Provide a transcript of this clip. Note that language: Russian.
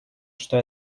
что